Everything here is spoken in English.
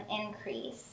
increase